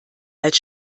als